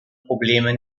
probleme